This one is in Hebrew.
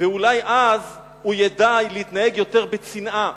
ואולי אז הוא ידע להתנהג יותר בצניעות,